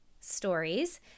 Stories